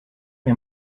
mir